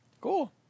Cool